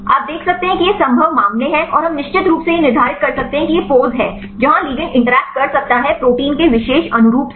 आप देख सकते हैं कि ये संभव मामले हैं और हम निश्चित रूप से यह निर्धारित कर सकते हैं कि यह पोज़ है जहां लिगैंड इंटरैक्ट कर सकता है प्रोटीन के विशेष अनुरूप से